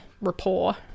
rapport